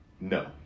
No